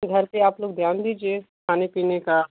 तो घर पर आप लोग ध्यान दीजिए खाने पीने का